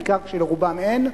בעיקר כשלרובם אין,